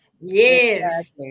Yes